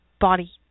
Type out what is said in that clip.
body